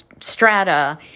strata